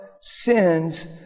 sins